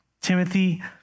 Timothy